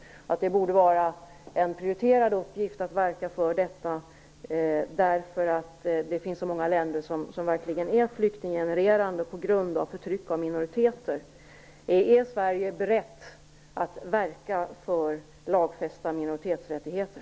Det borde vara en prioriterad uppgift att verka för detta, eftersom det finns så många länder som är flyktinggenererande på grund av förtryck av minoriteter. Är Sverige berett att verka för lagfästa minoritetsrättigheter?